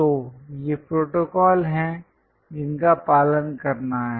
तो ये प्रोटोकॉल हैं जिनका पालन करना है